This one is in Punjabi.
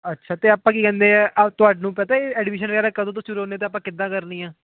ਅੱਛਾ ਅਤੇ ਆਪਾਂ ਕੀ ਕਹਿੰਦੇ ਹੈ ਤੁਹਾਨੂੰ ਪਤਾ ਹੈ ਐਡਮੀਸ਼ਨ ਵਗੈਰਾ ਕਦੋਂ ਤੋਂ ਸ਼ੁਰੂ ਹੋਣੀ ਅਤੇ ਆਪਾਂ ਕਿੱਦਾਂ ਕਰਨੀ ਆ